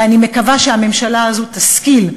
ואני מקווה שהממשלה הזאת תשכיל,